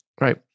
Right